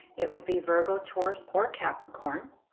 it would be virgo taurus or capricorn.